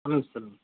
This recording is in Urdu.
وعلیکم السّلام